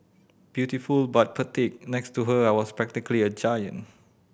beautiful but petite next to her I was practically a giant